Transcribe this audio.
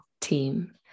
team